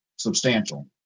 Substantial